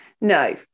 No